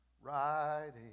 riding